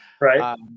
Right